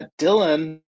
Dylan